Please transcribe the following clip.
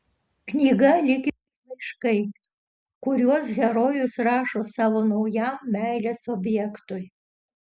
knyga lyg ir laiškai kuriuos herojus rašo savo naujam meilės objektui